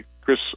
Chris